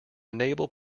enable